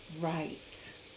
Right